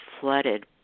flooded